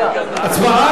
הצבעה.